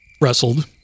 wrestled